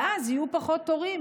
ואז יהיו פחות תורים,